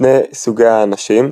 שני סוגי האנשים,